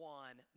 one